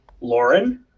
Lauren